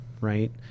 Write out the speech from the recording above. right